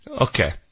Okay